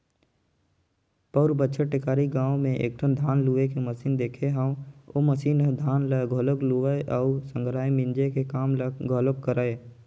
पउर बच्छर टेकारी गाँव में एकठन धान लूए के मसीन देखे हंव ओ मसीन ह धान ल घलोक लुवय अउ संघरा मिंजे के काम ल घलोक करय